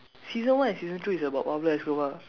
season one and season two is about Pablo Escobar